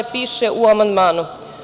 Piše u amandmanu.